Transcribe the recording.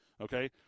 Okay